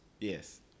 yes